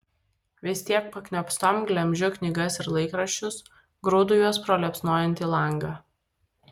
vis tiek pakniopstom glemžiu knygas ir laikraščius grūdu juos pro liepsnojantį langą